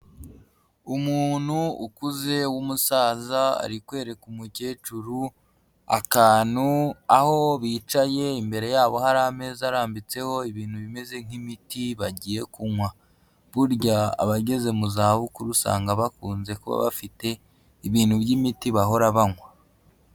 Umuntu ukuze w'umusaza ari kwereka umukecuru akantu, aho bicaye imbere yabo hari ameza arambitseho ibintu bimeze nk'imiti bagiye kunywa. Burya abageze mu za bukuru usanga bakunze kuba bafite ibintu by'imiti bahora banywa.